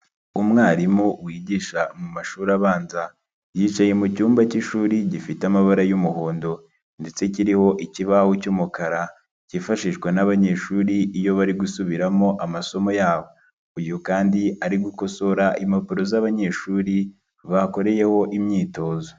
Umwarimu wigisha mu mashuri abanza, yicaye mu cyumba cy'ishuri gifite amabara y'umuhondo ndetse kiriho ikibaho cy'umukara cyifashishwa n'abanyeshuri iyo bari gusubiramo amasomo yabo. Uyu kandi ari gukosora impapuro z'abanyeshuri bakoreyeho imyitozo.